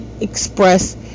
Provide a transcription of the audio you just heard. express